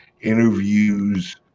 interviews